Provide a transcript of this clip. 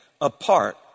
apart